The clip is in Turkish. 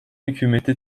hükümeti